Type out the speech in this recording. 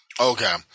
Okay